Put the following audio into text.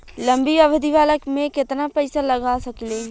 लंबी अवधि वाला में केतना पइसा लगा सकिले?